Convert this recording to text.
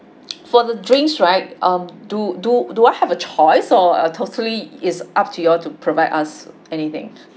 for the drinks right um do do do I have a choice or uh totally is up to you all to provide us anything